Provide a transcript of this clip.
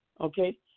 okay